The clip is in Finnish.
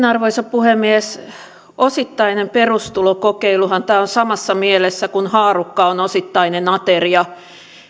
arvoisa puhemies osittainen perustulokokeiluhan tämä on samassa mielessä kuin haarukka on osittainen ateria